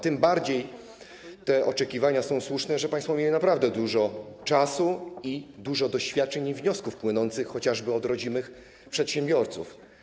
Tym bardziej te oczekiwania są słuszne, że państwo mieli naprawdę dużo czasu i dużo doświadczeń i wniosków płynących chociażby od rodzimych przedsiębiorców.